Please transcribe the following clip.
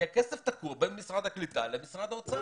כי הכסף תקוע בין משרד הקליטה למשרד האוצר.